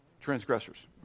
Transgressors